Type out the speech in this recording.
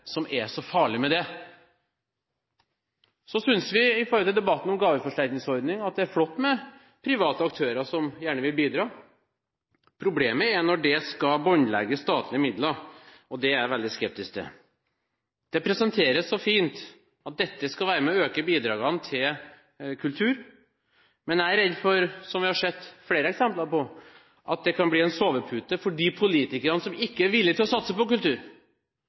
Så synes vi, med hensyn til debatten om gaveforsterkningsordning, at det er flott med private aktører som gjerne vil bidra. Problemet er når det skal båndlegge statlige midler. Det er jeg veldig skeptisk til. Det presenteres så fint: Dette skal være med og øke bidragene til kultur. Men jeg er redd for, noe vi har sett flere eksempler på, at det kan bli en sovepute for de politikerne som ikke er villige til å satse på kultur.